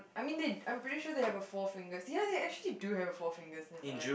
I mean they I'm pretty sure they have a Four-Fingers here they actually do have a Four-Fingers here